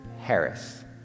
Harris